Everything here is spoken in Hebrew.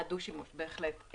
הדו-שימוש, בהחלט.